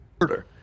murder